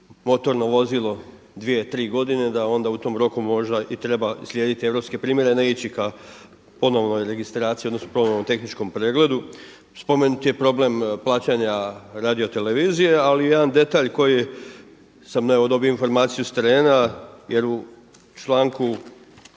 motorno vozilo dvije, tri godine, da onda u tom roku možda i treba slijediti europske primjere, ne ići ka ponovnoj registraciji, odnosno ponovnom tehničkom pregledu. Spomenut je problem plaćanja radiotelevizije, ali i jedan detalj koji sam evo dobio informaciju sa terena, jer u članku